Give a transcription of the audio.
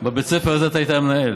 בבית הספר אתה היית המנהל.